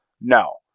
No